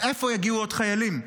מאיפה יגיעו עוד חיילים?